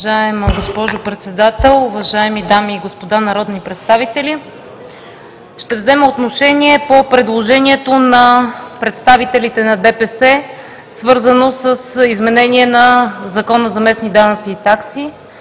Уважаема госпожо Председател, уважаеми дами и господа народни представители! Ще взема отношение по предложението на представителите на ДПС, свързано с изменение на Закона за местните данъци и такси,